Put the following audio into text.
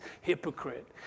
hypocrite